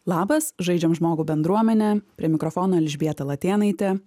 labas žaidžiam žmogų bendruomene prie mikrofono elžbieta latėnaitė